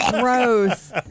gross